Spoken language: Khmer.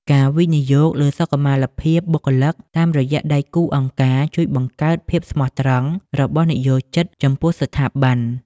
ការវិនិយោគលើសុខុមាលភាពបុគ្គលិកតាមរយៈដៃគូអង្គការ ជួយបង្កើតភាពស្មោះត្រង់របស់និយោជិតចំពោះស្ថាប័ន។